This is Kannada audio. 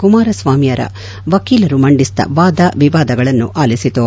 ಕುಮಾರಸ್ವಾಮಿಯವರ ವಕೀಲರು ಮಂಡಿಸಿದ ವಾದ ವಿವಾದಗಳನ್ನು ಆಲಿಸಿತು